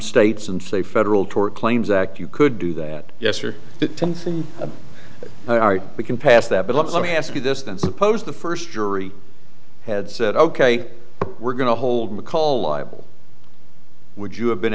states and say federal tort claims act you could do that yes or we can pass that but let me ask you this then suppose the first jury had said ok we're going to hold mccall liable would you have been